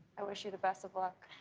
i wish you the best of luck.